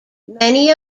many